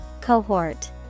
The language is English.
Cohort